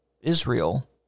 Israel